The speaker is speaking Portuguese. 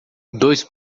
dois